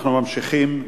אנחנו ממשיכים.